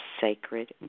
sacred